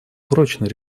прочной